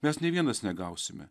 mes nei vienas negausime